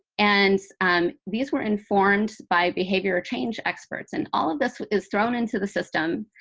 and um these were informed by behavioral change experts. and all of this is thrown into the system,